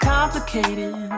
complicated